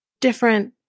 different